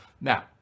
Now